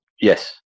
Yes